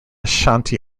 ashanti